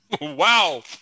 Wow